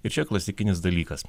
ir čia klasikinis dalykas